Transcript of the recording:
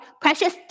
precious